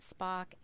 Spock